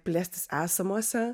plėstis esamose